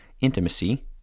intimacy